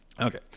Okay